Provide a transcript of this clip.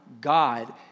God